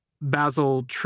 Basil